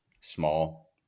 small